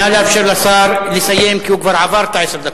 נא לאפשר לשר לסיים, כי הוא כבר עבר את עשר הדקות.